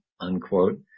unquote